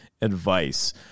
advice